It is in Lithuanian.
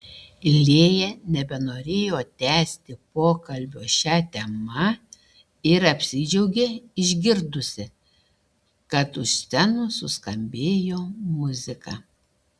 lėja nebenorėjo tęsti pokalbio šia tema ir apsidžiaugė išgirdusi kad už scenos suskambėjo muzika